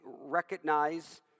recognize